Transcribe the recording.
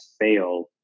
fail